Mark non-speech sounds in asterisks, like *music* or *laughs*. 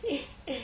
*laughs*